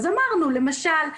למשל,